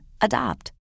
Adopt